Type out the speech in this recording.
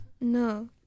No